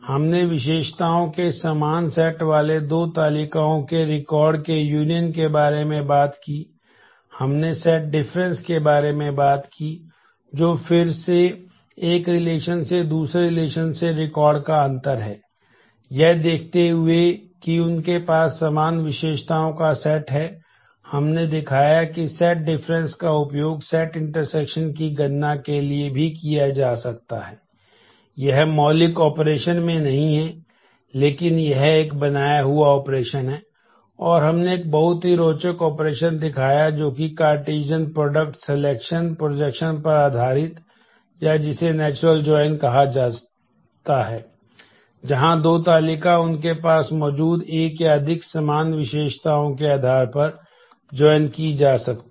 हमने विशेषताओं के समान सेट वाले दो तालिकाओं के रिकॉर्ड की जा सकती हैं